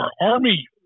army